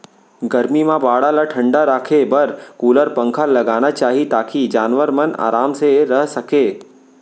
गरमी म बाड़ा ल ठंडा राखे बर कूलर, पंखा लगाना चाही ताकि जानवर मन आराम से रह सकें